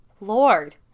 Lord